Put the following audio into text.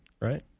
right